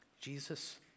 Jesus